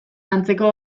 antzeko